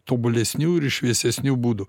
tobulesnių ir šviesesnių būdų